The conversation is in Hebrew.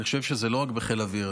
אני חושב שזה לא רק בחיל האוויר,